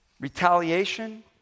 Retaliation